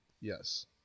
Yes